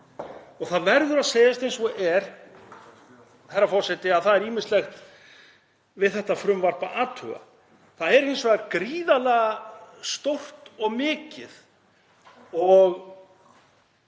Það verður að segjast eins og er, herra forseti, að það er ýmislegt við þetta frumvarp að athuga. Það er hins vegar gríðarlega stórt og mikið og